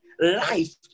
life